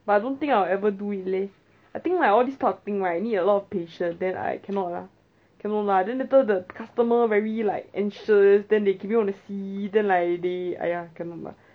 but I don't think I'll ever do it leh I think like all this type of thing right you need a lot of patience then I cannot lah cannot lah then later the customer very like anxious then they keep on wanna see then they like !aiya!